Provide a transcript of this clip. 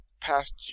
past